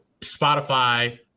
Spotify